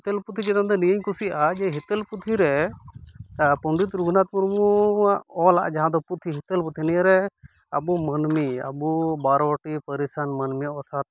ᱦᱤᱛᱟᱹᱞ ᱯᱩᱛᱷᱤ ᱪᱤᱛᱟᱱ ᱫᱚ ᱱᱤᱭᱟᱹᱧ ᱠᱩᱥᱤᱭᱟᱜᱼᱟ ᱡᱮ ᱦᱤᱛᱟᱹᱞ ᱯᱩᱛᱷᱤᱨᱮ ᱯᱚᱸᱰᱤᱛ ᱨᱚᱜᱷᱩᱱᱟᱛᱷ ᱢᱩᱨᱢᱩᱣᱟᱜ ᱚᱞᱟᱜ ᱡᱟᱦᱟᱸ ᱯᱩᱛᱷᱤ ᱦᱤᱛᱟᱹᱞ ᱯᱩᱛᱷᱤ ᱱᱤᱭᱟᱹᱨᱮ ᱟᱵᱚ ᱢᱟᱹᱱᱢᱤ ᱟᱵᱚ ᱵᱟᱨᱳᱴᱤ ᱯᱟᱹᱨᱤᱥᱟᱱ ᱢᱟᱹᱱᱢᱤ